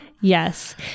Yes